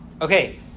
Okay